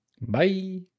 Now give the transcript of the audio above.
Bye